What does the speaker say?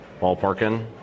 ballparking